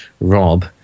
Rob